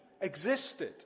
existed